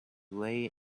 lay